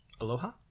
Aloha